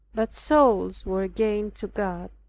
but souls were gained to god.